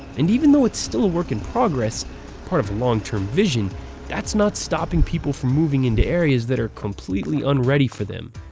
and even though it's still a work in progress part of a long-term vision that's not stopping people from moving into areas that are completely unready for them.